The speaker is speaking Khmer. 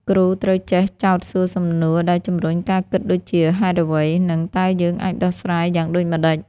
គ្រូត្រូវចេះ ចោទសួរសំណួរដែលជម្រុញការគិតដូចជា ហេតុអ្វី? និង តើយើងអាចដោះស្រាយយ៉ាងដូចម្តេច?